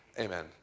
Amen